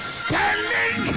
standing